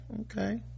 okay